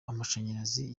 amashanyarazi